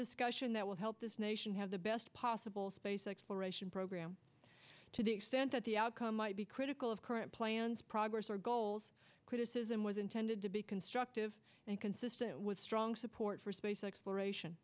discussion that will help this nation have the best possible space exploration program to the extent that the outcome might be critical of current plans progress or goals criticism was intended to be constructive and consistent with strong support for space exploration